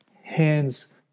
hands